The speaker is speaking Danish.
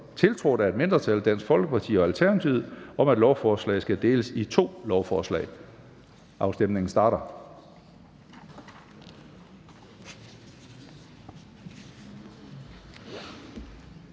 tiltrådt af et mindretal (DD, KF, RV og ALT), om at lovforslaget deles op i to lovforslag. Afstemningen starter.